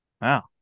Wow